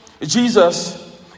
Jesus